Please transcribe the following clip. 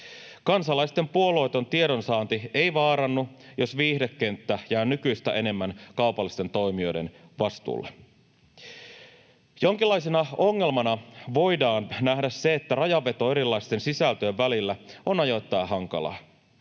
Kansalaisten puolueeton tiedonsaanti ei vaarannu, jos viihdekenttä jää nykyistä enemmän kaupallisten toimijoiden vastuulle. Jonkinlaisena ongelmana voidaan nähdä se, että rajanveto erilaisten sisältöjen välillä on ajoittain hankalaa.